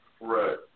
Right